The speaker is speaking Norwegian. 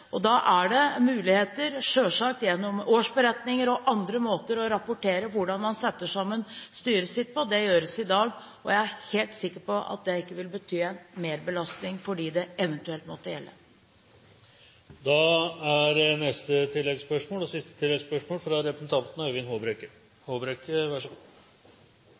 Og da har man muligheter, selvsagt, til gjennom årsberetninger, og på andre måter, å rapportere hvordan man setter sammen styret sitt. Det gjøres i dag, og jeg er helt sikker på at det ikke vil bety en økt belastning for den det eventuelt måtte gjelde. Øyvind Håbrekke – til siste